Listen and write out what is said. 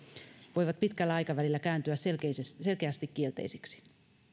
voivat pitkällä aikavälillä kääntyä selkeästi selkeästi kielteisiksi